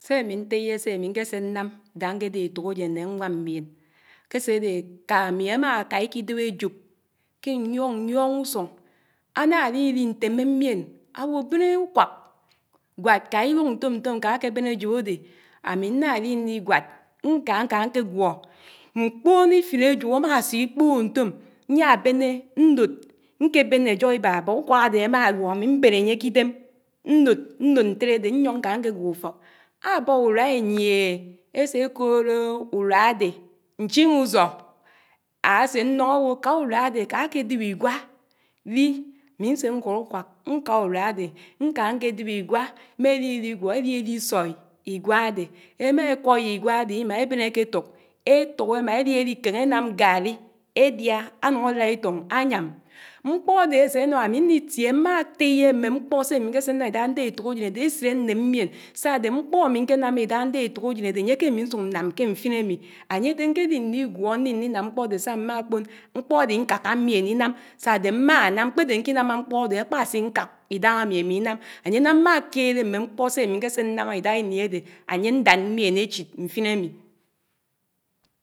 Sé ámì ntéyé sé ámì ñkásé ñám dá ñkédé étòkájén nè áñnám míén. Ákéséde ékámì ámámá ìkìdéb ájòb ké ñyiòñ ñyióñ ùsúñ, ánálili ntémé mién áwò bén ùkwàk gwàd kà íw’ñ ñtònñtòn ká kébén ájoɓ àdé, ámi nnárínrí gwád ñkánká ñkégwó, mkpòòn iféné àjób àmásíkpòòn ñfòm ñyá béné ñsód ñkèbènè ájógó íbá bák ùkuák àdé. ámáluó ámì mɓèd ányé k’ìdém nnòd. nnòd ntérédé ñyóñ ñká nkégwó ùfók. Abá ùruà ényíéhè ésé kòdóóó ùrùa àdé ñcɦímúzó. ásé nnóñ àwò ká ùrùá ádé káké déb ìgwá, émálìlígwó élíélɨ sóí ìgwá àɗé, émà ékwòi ígwá ádé ímá ébén èké túk, étik émà élìéli keñ énám garri édiá ánùñ álád ítùñ áyám. Mkpó àdé ásénám amì nnítié mmá teyé mmé mkpó sé amì ñkesènám ìdáhà ndè étòkájén ésíd áném míén, sádé mkpó ámɨ ñkeñámá ìdàhá ñdé e’tokasen àdé ànyé kémì ñsùk nnàm ké mdèn àmì. mièn ìnam, sàdé mmánam. kpedé ñkínámà mkpódé àkpasìñkàk àdáhámì àmunám. Áyénám mmá kéré mmé mkpó sé ámì nkésè nnàm ìdáhá iní àdè ànyé ándád mién échid mfen ámi